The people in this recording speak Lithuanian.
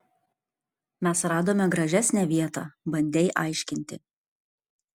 mes radome gražesnę vietą bandei aiškinti